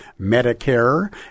Medicare